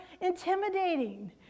intimidating